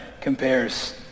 compares